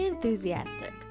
Enthusiastic